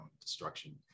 destruction